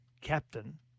captain